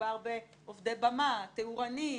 מדובר בעובדי במה, תאורנים,